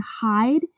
hide